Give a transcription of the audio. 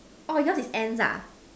orh yours is ants ah